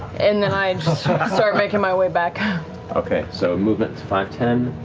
and then i and so sort of start making my way back. matt okay, so movement is five, ten.